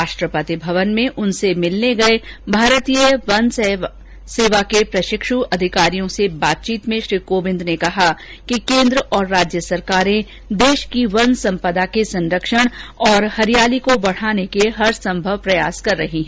राष्ट्रपति भवन में उनसे मिलने एए भारतीय वन सेना के प्रशिक्षु अधिकारियों से बातचीत में श्री कोविंद ने कहा कि केन्द्र और राज्य सरकारें देश की वन सम्पदा के संरक्षण और हरियाली को बढ़ाने के हरसंभव प्रयास कर रही हैं